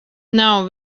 nav